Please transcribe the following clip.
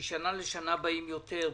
משנה לשנה באים יותר,